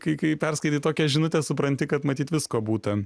kai kai perskaitai tokias žinutes supranti kad matyt visko būta